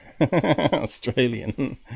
Australian